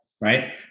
right